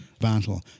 battle